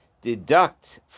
deduct